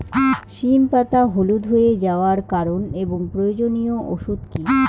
সিম পাতা হলুদ হয়ে যাওয়ার কারণ এবং প্রয়োজনীয় ওষুধ কি?